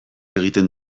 egiten